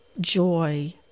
joy